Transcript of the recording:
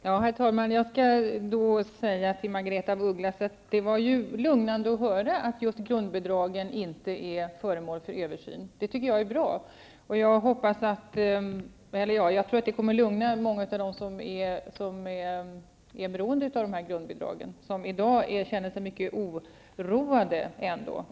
Fru talman! Jag skall säga till Margaretha af Ugglas att det var lugnande att höra att just grundbidragen inte är föremål för översyn. Det tycker jag är bra. Jag tror att det kommer att lugna många av dem som är beroende av dem och som i dag känner sig mycket oroade.